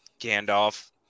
Gandalf